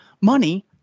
money